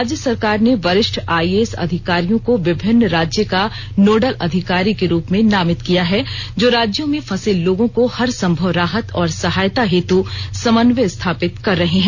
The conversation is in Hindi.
राज्य सरकार ने वरिष्ठ आईएएस अधिकारियों को विभिन्न राज्य का नोडल अधिकारी के रूप में नामित किया है जो राज्यों में फंसे लोगों को हर संभव राहत और सहायता हेत् समन्वय स्थापित कर रहे हैं